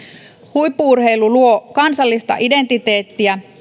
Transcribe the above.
huippu urheilu luo kansallista identiteettiä